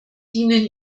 dienen